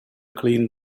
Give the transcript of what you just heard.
clean